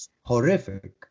horrific